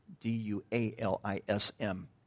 D-U-A-L-I-S-M